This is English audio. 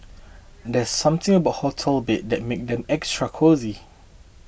there's something about hotel beds that makes them extra cosy